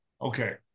okay